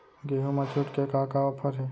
गेहूँ मा छूट के का का ऑफ़र हे?